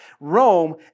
Rome